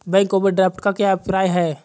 Bank overdraft का क्या अभिप्राय है?